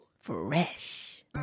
fresh